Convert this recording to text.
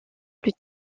plus